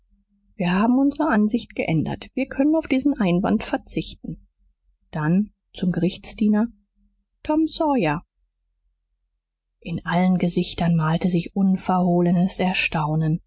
wir haben unsere ansicht geändert wir können auf diesen einwand verzichten dann zum gerichtsdiener tom sawyer in allen gesichtern malte sich unverhohlenes erstaunen